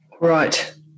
Right